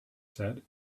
said